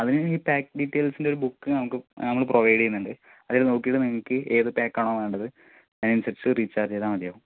അതിനു ഈ പാക്ക് ഡീറ്റെയിൽസ്ൻ്റെ ഒരു ബുക്ക് നമുക്ക് നമ്മള് പ്രൊവൈഡ് ചെയ്യുന്നുണ്ട് അതില് നോക്കീട്ട് നിങ്ങൾക്ക് ഏത് പാക്ക് ആണോ വേണ്ടത് അതിനനുസരിച്ച് റീചാർജ് ചെയ്താൽ മതിയാവും